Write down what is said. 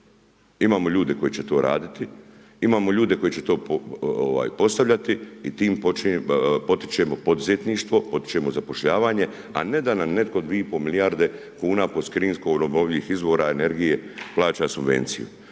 Imamo ljude koji će to raditi, imamo ljude koji će postavljati i tim potičemo poduzetništvo, potičemo zapošljavanje a ne da nam netko 2,5 milijarde kuna po .../Govornik se ne razumije./... od obnovljivih izvora energije plaća subvenciju.